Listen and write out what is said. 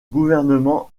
gouvernement